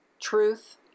truth